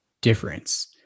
difference